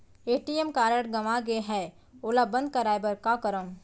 ATM card गंवा गे है ओला बंद कराये बर का करंव?